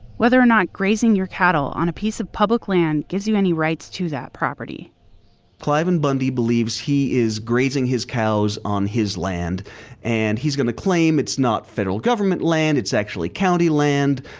whether or not grazing your cattle on a piece of public land gives you any rights to that property cliven bundy believes he is grazing his cows on his land and he's going to claim it's not federal government land, it's actually county land,